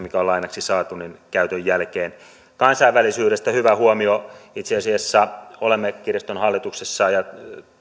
mikä on lainaksi saatu pitää yleensä tuhota sitten käytön jälkeen kansainvälisyydestä tuli hyvä huomio itse asiassa olemme kirjaston hallituksessa ja